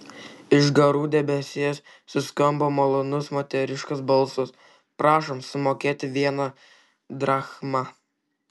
iš garų debesies suskambo malonus moteriškas balsas prašom sumokėti vieną drachmą